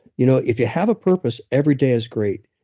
you know if you have a purpose, every day is great.